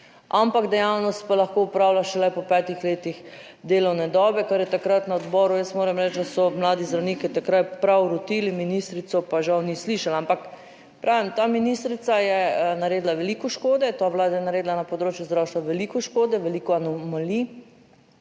ampak dejavnost pa lahko opravlja šele po petih letih delovne dobe, kar je takrat na odboru, jaz moram reči, da so mladi zdravniki takrat prav rotili ministrico, pa žal ni slišala. Ampak pravim, ta ministrica je naredila veliko škode, ta Vlada je naredila na področju zdravstva veliko škode, veliko anomalij.